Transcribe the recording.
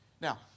Now